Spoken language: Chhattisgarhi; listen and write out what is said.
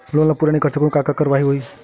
लोन ला पूरा नई पटा सकहुं का कारवाही होही?